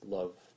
love